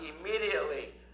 immediately